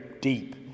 deep